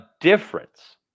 difference